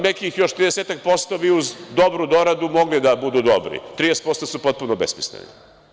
Nekih još 30% bi uz dobru doradu mogli da budu dobri, 30% su potpuno besmisleni.